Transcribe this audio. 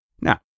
Now